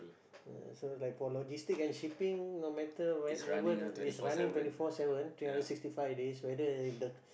uh so like for logistic and shipping no matter whenever the is running twenty four seven three hundred sixty five days whether if the